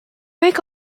make